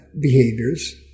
behaviors